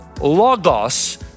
logos